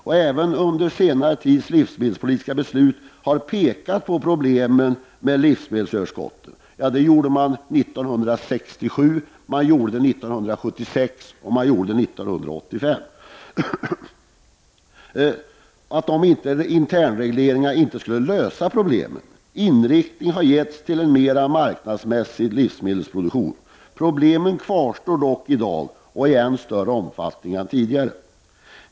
Man har i de senaste årens livsmedelspolitiska beslut pekat på problemen med livsmedelsöverskottet — det gjorde man 1967, 1976 och 1985 — och sagt att internregleringarna inte kan lösa dessa problem. Inriktningar har getts till en mera marknadsmässig livsmedelsproduktion. Problemen kvarstår i dag och i än större omfattning än tidigare.